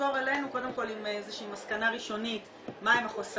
לחזור אלינו קודם כל עם איזו שהיא מסקנה ראשונית מה החוסרים,